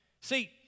See